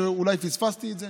אולי פספסתי את זה.